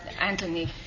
Anthony